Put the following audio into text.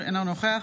אינו נוכח